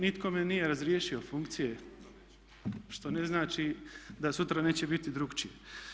Nitko me nije razriješio funkcije što ne znači da sutra neće biti drukčije.